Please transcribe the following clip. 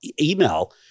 email